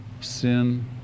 sin